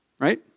Right